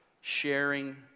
sharing